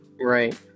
Right